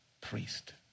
priest